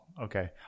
okay